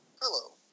Hello